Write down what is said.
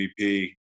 MVP